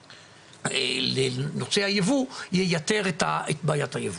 לנושא הייבוא לייתר את בעיית הייבוא.